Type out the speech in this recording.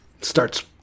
starts